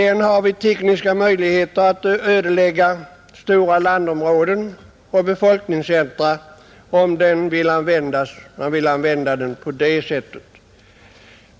Vi har tekniska möjligheter att med den ödelägga stora landområden och befolkningscentra om vi vill använda den på det sättet.